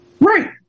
Right